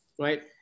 right